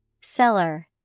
Seller